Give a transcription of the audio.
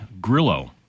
Grillo